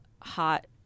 hot